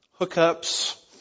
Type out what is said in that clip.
hookups